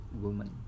woman